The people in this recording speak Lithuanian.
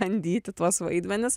bandyti tuos vaidmenis